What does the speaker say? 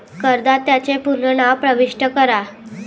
करदात्याचे पूर्ण नाव प्रविष्ट करा